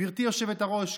גברתי היושבת-ראש,